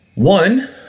One